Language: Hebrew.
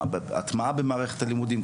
ההטמעה במערכת הלימודים,